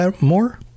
more